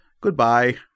Goodbye